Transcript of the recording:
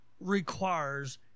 requires